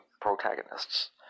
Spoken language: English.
protagonists